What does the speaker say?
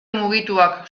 mugituak